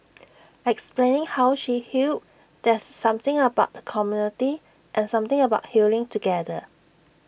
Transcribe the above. explaining how she healed there's something about the community and something about healing together